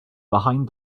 behind